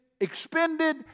expended